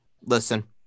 listen